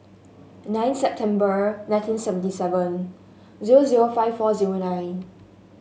nine September nineteen seventy seven zero zero five four zero nine